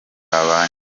babanye